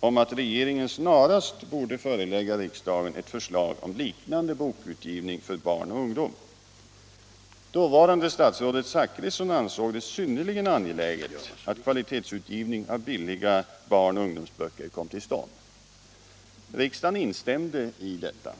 om att regeringen snarast borde förelägga riksdagen ett förslag om liknande bokutgivning för barn och ungdom. Dåvarande statsrådet Zachrisson ansåg det synnerligen angeläget att kvalitetsutgivning av billiga barnoch ungdomsböcker kom till stånd. Riksdagen instämde i detta.